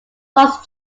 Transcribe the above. fox